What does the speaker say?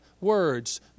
words